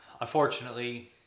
unfortunately